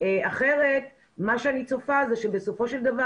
אחרת מה שאני צופה שבסופו של דבר,